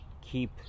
keep